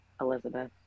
Elizabeth